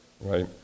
right